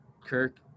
Kirk